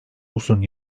uzun